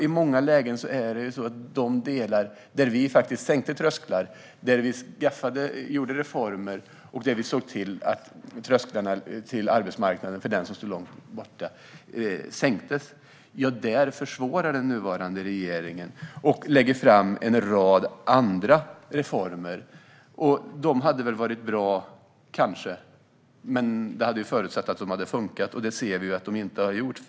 I många lägen är det så att den nuvarande regeringen försvårar saker och ting i de delar där vi genomförde reformer och såg till att trösklarna till arbetsmarknaden sänktes för dem som stod långt ifrån den. Man lägger i stället fram en rad andra reformer. Dessa hade kanske varit bra, men det hade förutsatt att de fungerade, vilket vi ser att de inte har gjort.